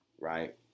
right